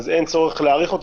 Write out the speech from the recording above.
אין צורך להאריך,